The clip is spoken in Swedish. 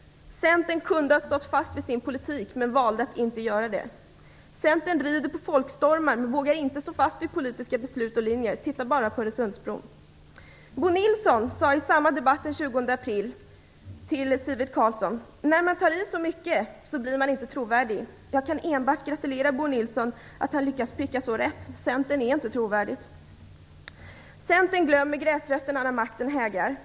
Centern kunde ha stått fast vid sin politik men valde att inte göra det. Centern rider på folkstormen men vågar inte stå fast vid politiska beslut och linjer - titta bara på Öresundsbron! Bo Nilsson sade i samma debatt den 20 april till Sivert Carlsson: När man tar i så mycket blir man inte trovärdig. Jag kan enbart gratulera Bo Nilsson till att han lyckas pricka så rätt. Centern är inte trovärdigt. Centern glömmer gräsrötterna när makten hägrar.